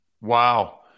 Wow